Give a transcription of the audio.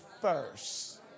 first